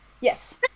Yes